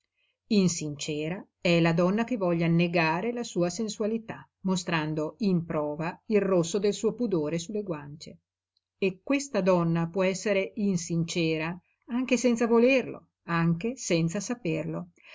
sensualità insincera è la donna che voglia negare la sua sensualità mostrando in prova il rosso del suo pudore su le guance e questa donna può essere insincera anche senza volerlo anche senza saperlo